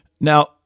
Now